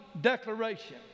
declaration